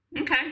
okay